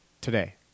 today